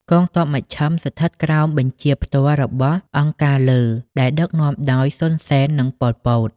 កងទ័ពមជ្ឈិមស្ថិតក្រោមបញ្ជាផ្ទាល់របស់ «អង្គការលើ» ដែលដឹកនាំដោយ សុន សេន និង ប៉ុល ពត។